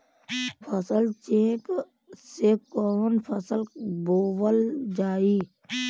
फसल चेकं से कवन फसल बोवल जाई?